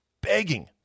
begging